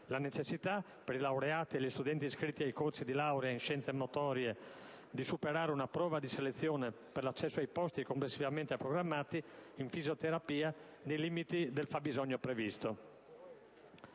la necessità per i laureati e gli studenti iscritti ai corsi di laurea in scienze motorie di superare una prova di selezione per l'accesso ai posti complessivamente programmati in fisioterapia nei limiti del fabbisogno previsto.